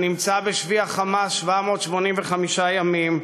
הנמצא בשבי ה"חמאס" 785 ימים,